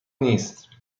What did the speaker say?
نیست